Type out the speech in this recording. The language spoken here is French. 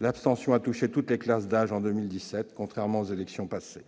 L'abstention a touché toutes les classes d'âge en 2017, contrairement aux élections passées.